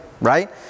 right